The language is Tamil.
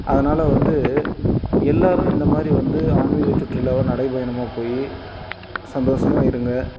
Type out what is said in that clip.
அதனால் வந்து எல்லோரும் இந்த மாதிரி வந்து ஆன்மீக சுற்றுலாவோ நடைப்பயணமாக போய் சந்தோஷமாக இருங்கள்